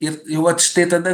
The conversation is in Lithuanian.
ir vat štai tada